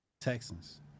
Texans